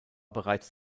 bereits